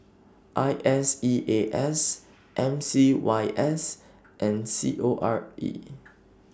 I S E A S M C Y S and C O R E